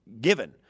given